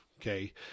okay